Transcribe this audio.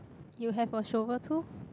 you have a shovel too